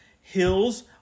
Hills